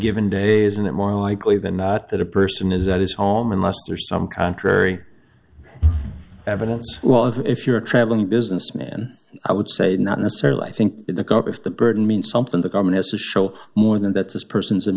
given day isn't it more likely than not that a person is at his home in leicester some contrary evidence well if if you're traveling businessman i would say not necessarily i think the cover of the burden means something the government has to show more than that this person's in